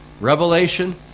Revelation